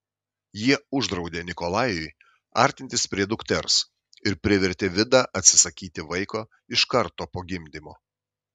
jie uždraudė nikolajui artintis prie dukters ir privertė vidą atsisakyti vaiko iš karto po gimdymo